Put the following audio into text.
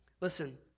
Listen